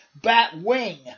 Batwing